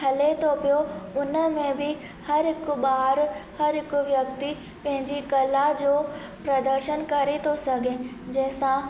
हले थो पियो उन में बि हर हिकु ॿारु हर हिकु व्यक्ति पंहिंजी कला जो प्रदर्शन करे थो सघे जंहिंसां